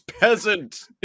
peasant